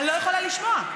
אני לא יכולה לשמוע.